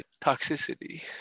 Toxicity